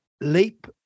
leap